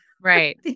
Right